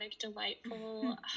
delightful